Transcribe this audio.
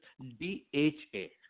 D-H-A